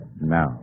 Now